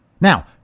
Now